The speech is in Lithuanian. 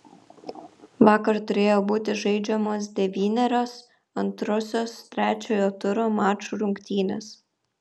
vakar turėjo būti žaidžiamos devynerios antrosios trečiojo turo mačų rungtynės